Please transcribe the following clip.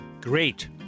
Great